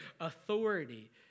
authority